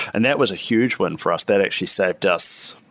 and that was a huge one for us. that actually saved us,